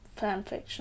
fanfiction